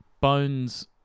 bones